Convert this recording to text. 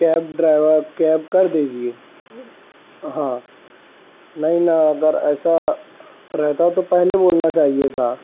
cab driver cab کر دیجیے ہاں نہیں میں اگر ایسا رہتا تو پہلے بولنا چاہیے تھا